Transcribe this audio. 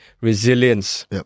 resilience